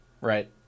Right